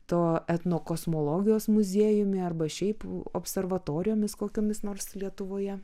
tuo etnokosmologijos muziejumi arba šiaip observatorijomis kokiomis nors lietuvoje